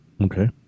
okay